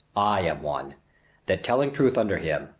i am one that, telling true under him,